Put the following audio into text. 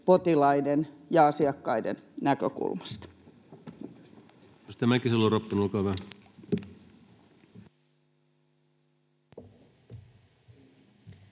potilaiden ja asiakkaiden näkökulmasta.